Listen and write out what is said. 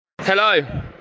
Hello